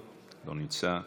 לא נמצא,